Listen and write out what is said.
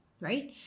right